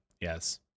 yes